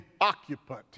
occupant